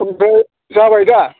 ओमफ्राय जाबायदा